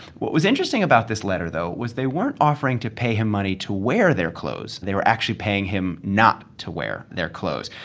what was interesting about this letter though was they weren't offering to pay him money to wear their clothes. they were actually paying him not to wear their clothes.